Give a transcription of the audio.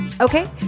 Okay